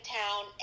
town